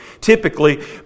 Typically